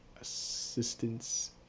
assistance